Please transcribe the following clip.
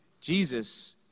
Jesus